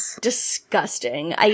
Disgusting